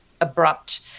abrupt